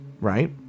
right